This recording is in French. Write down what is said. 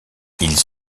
ils